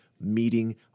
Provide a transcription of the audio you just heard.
meeting